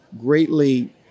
greatly